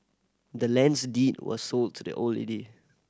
the land's deed was sold to the old lady